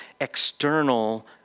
external